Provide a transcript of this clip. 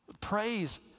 praise